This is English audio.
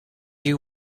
you